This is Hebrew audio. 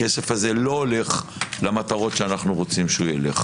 הכסף הזה לא הולך למטרות שאנחנו רוצים שהוא ילך,